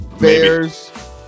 Bears